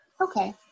Okay